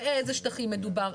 באיזה שטחים מדובר,